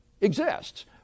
exists